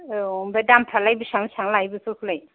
औ ओमफ्राय दामफ्रालाय बेसेबां बेसेबां लायो बेफोरखौलाय